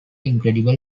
incredible